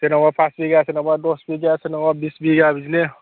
सोरनावबा पास बिगा सोरनावबा दस बिगा सोरनावबा बिस बिगा बिदिनो